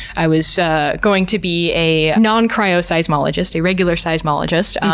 i was going to be a non cryoseismologist, a regular seismologist.